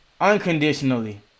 unconditionally